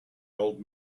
old